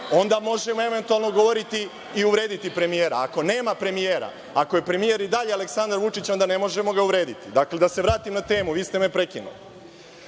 onda možemo eventualno govoriti i uvrediti premijera. A ako nema premijera, ako je premijer i dalje Aleksandar Vučić, onda ga ne možemo uvrediti. Dakle, da se vratim na temu, vi ste me prekinuli. Novi